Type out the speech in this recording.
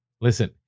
listen